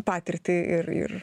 patirtį ir ir